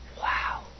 Wow